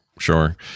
sure